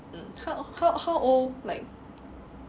how how how old like